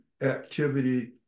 activity